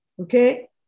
Okay